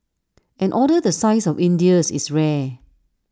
an order the size of India's is rare